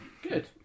Good